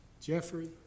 Jeffrey